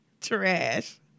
trash